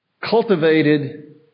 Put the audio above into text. cultivated